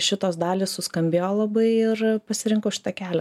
šitos dalys suskambėjo labai ir pasirinkau šitą kelią